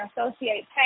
associate